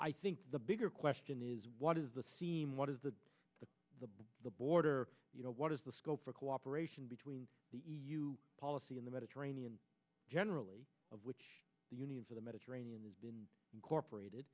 i think the bigger question is what is the theme what is the the the the border what is the scope for cooperation between the e u policy in the mediterranean generally of which the union for the mediterranean has been incorporated